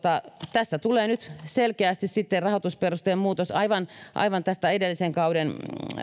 tässä tulee nyt selkeästi sitten rahoitusperusteen muutos aivan aivan tästä edellisen kauden